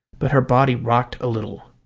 but her body rocked a little.